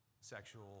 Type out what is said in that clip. sexual